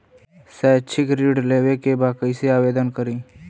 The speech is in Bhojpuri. शैक्षिक ऋण लेवे के बा कईसे आवेदन करी?